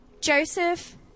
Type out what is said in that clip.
Joseph